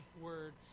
word